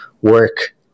work